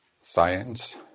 science